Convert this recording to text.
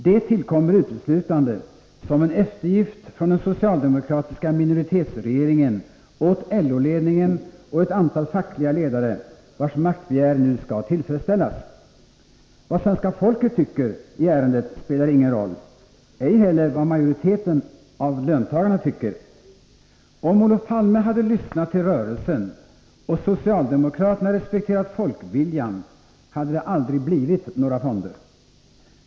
Det tillkommer uteslutande som en eftergift från den socialdemokratiska minoritetsregeringen åt LO-ledningen och ett antal fackliga ledare, vilkas maktbegär nu skall tillfredsställas. Vad svenska folket tycker i ärendet spelar ingen roll, ej heller vad majoriteten av löntagarna tycker. Om Olof Palme hade lyssnat till rörelsen och socialdemokraterna respekterat folkviljan hade det aldrig blivit några fonder.